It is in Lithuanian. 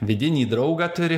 vidinį draugą turi